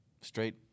Straight